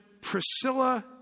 Priscilla